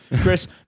Chris